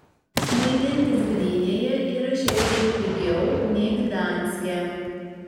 maitintis gdynėje yra šiek tiek pigiau nei gdanske